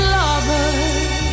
lovers